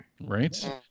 Right